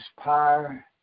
power